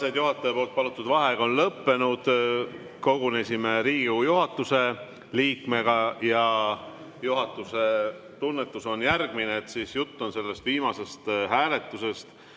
Juhataja palutud vaheaeg on lõppenud. Kogunesime Riigikogu juhatuse liikmega ja juhatuse tunnetus on järgmine. Jutt on sellest viimasest hääletusest,